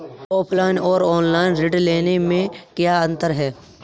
Offline और online ऋण लेने में क्या अंतर है?